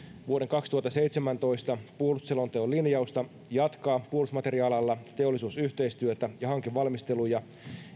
vuoden kaksituhattaseitsemäntoista puolustusselonteon linjausta jatkaa puolustusmateriaalialalla teollisuusyhteistyötä ja hankevalmisteluja